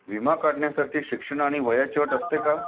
विमा काढण्यासाठी शिक्षण आणि वयाची अट असते का?